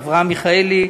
אברהם מיכאלי,